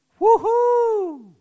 Woohoo